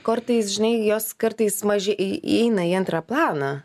kortais žinai jos kartais maži įeina į antrą planą